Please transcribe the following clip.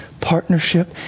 partnership